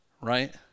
right